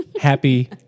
happy